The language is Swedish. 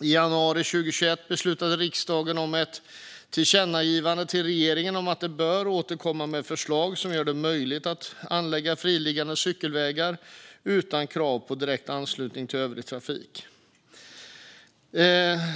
I januari 2021 beslutade riksdagen om ett tillkännagivande till regeringen om att den bör återkomma med förslag för att göra det möjligt att anlägga friliggande cykelvägar utan krav på direkt anslutning till övrig trafik.